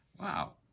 wow